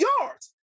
yards